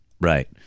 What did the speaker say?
right